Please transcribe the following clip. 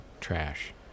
trash